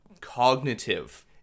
cognitive